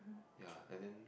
ya and then